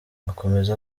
akomeza